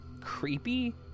creepy